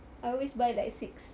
I always buy like six